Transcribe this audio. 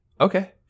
Okay